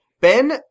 ben